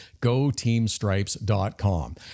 GoTeamStripes.com